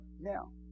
Now